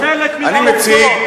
אבל אתה משמיט חלק מן העובדות.